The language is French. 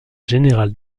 général